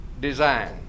Design